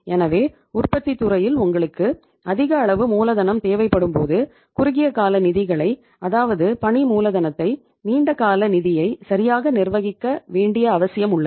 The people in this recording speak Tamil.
எனவே உற்பத்தித் துறையில் உங்களுக்கு அதிக அளவு மூலதனம் தேவைப்படும்போது குறுகிய கால நிதிகளை அதாவது பணி மூலதனத்தை நீண்ட கால நிதியை சரியாக நிர்வகிக்க வேண்டிய அவசியம் உள்ளது